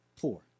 poor